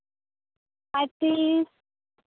ᱟᱴ T